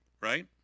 Right